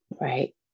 Right